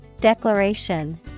Declaration